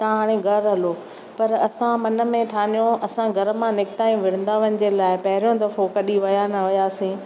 तव्हां हाणे घरु हलो पर असां मन में ठानियो असां घर मां निकिता आहियूं वृंदावन जे लाइ पहिरियों दफ़ो कॾहिं विया न हुआसीं